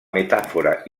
metàfora